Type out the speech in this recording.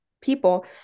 people